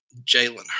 Jalen